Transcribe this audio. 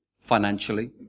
financially